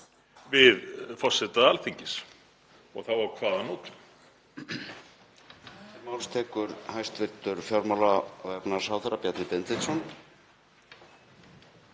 við forseta Alþingis og þá á hvaða nótum.